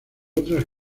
otras